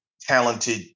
talented